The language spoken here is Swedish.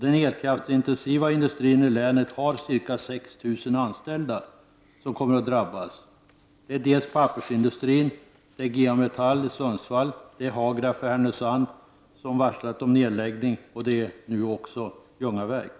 Den elkraftsintensiva industrin i länet har ca 6 000 anställda som kommer att drabbas. Det rör sig om pappersindustrin, GA-metall i Sundsvall, Hagraf i Härnösand som varslat om nedläggning, samt nu också Ljungaverk.